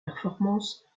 performance